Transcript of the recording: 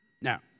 Now